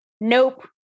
nope